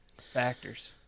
factors